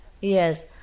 yes